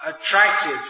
attractive